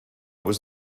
was